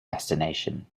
destination